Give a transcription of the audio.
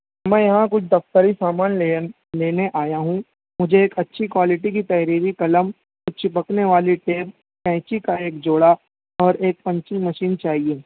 میں یہاں کچھ دفتری سامان لین لینے آیا ہوں مجھے ایک اچھی کوائلٹی کی تحریری قلم چپکنے والی پین قینچی کا ایک جوڑا اور ایک پنچنگ مشین چاہیے